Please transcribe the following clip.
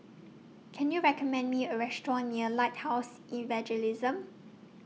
Can YOU recommend Me A Restaurant near Lighthouse Evangelism